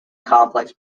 complex